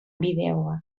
bideoak